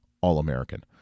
all-American